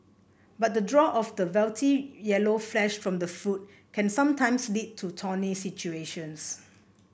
but the draw of the velvety yellow flesh from the fruit can sometimes lead to thorny situations